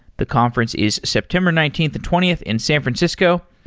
the conference is september nineteenth and twentieth in san francisco.